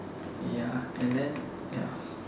ya and then ya